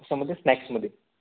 कशामध्ये स्नॅक्समध्ये